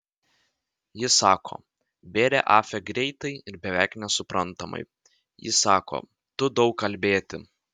ji sako bėrė afe greitai ir beveik nesuprantamai ji sako tu daug kalbėti